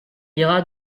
lyra